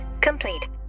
complete